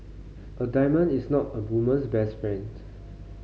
a diamond is not a woman's best friend